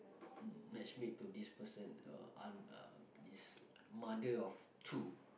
mm match made to this person uh aunt uh this mother of two